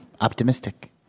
optimistic